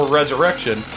resurrection